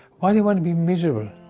why do you wanna be miserable?